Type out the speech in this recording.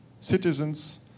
citizens